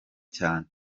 cyane